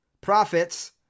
profits